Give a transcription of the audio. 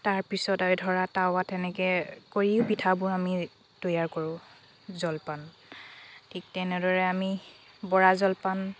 তাৰ পিছতে ধৰা তাৱাত এনেকে কৰি পিঠাবোৰ আমি তৈয়াৰ কৰোঁ জলপান ঠিক তেনেদৰে আমি বৰা জলপান